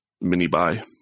mini-buy